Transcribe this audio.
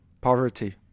poverty